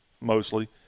mostly